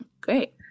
great